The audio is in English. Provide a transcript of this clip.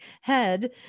head